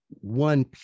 one